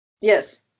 Yes